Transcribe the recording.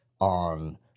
on